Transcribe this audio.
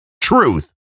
truth